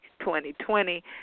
2020